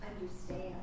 understand